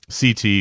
CT